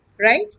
right